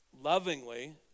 lovingly